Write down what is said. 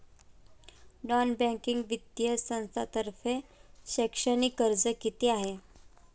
Non banking वित्तीय संस्थांतर्फे शैक्षणिक कर्ज किती आहे?